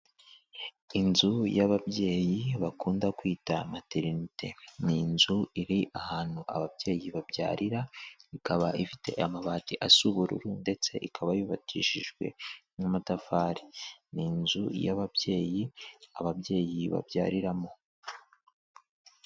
Inzu y'ababyeyi bakunda kwita materinite, ni inzu iri ahantu ababyeyi babyarira, ikaba ifite amabati asa ubururu, ndetse ikaba yubakishijwe n'amatafari, ni inzu y'ababyeyi, ababyeyi babyariramo.